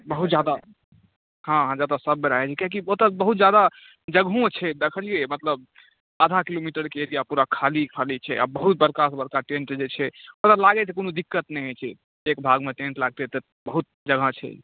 बहुत ज्यादा हँ हँ जतय सभबेर आयोजन कियाकि ओतय बहुत ज्यादा जगहो छै देखलियै मतलब आधा किलोमीटरके एरिया पूरा खाली खाली छै आ बहुत बड़कासँ बड़का टेंट जे छै मतलब लागैत छै कोनो दिक्कत नहि होइत छै एक भागमे टेंट लगतै तऽ बहुत जगह छै